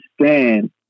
understand